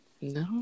No